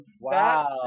Wow